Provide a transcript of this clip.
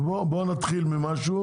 בואו נתחיל ממשהו